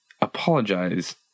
apologize